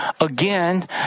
again